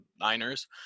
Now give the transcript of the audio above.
Niners